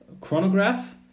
chronograph